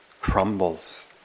crumbles